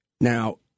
Now